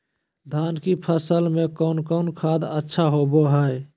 धान की फ़सल में कौन कौन खाद अच्छा होबो हाय?